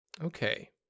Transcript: Okay